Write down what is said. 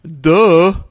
Duh